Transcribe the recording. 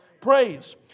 Praise